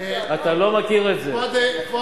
מדובר